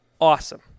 awesome